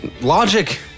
logic